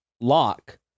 lock